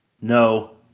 No